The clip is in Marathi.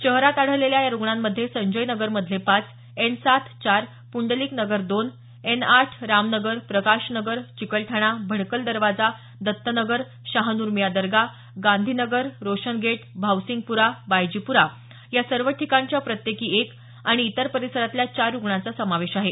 शहरात आढळलेल्या या रुग्णामध्ये संजय नगर मधले पाच एन सात चार पुंडलिक नगर दोन एन आठ राम नगर प्रकाश नगर चिकलठाणा भडकल दरवाजा दत्त नगर शहानूरमियाँ दर्गा गांधी नगर रोशन गेट भावसिंगप्रा बायजीप्रा या सर्व ठिकाणच्या प्रत्येकी एक आणि इतर परिसरातल्या चार रुग्णांचा समावेश आहे